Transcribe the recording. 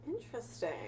Interesting